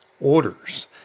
orders